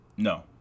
No